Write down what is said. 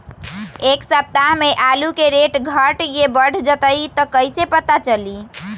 एक सप्ताह मे आलू के रेट घट ये बढ़ जतई त कईसे पता चली?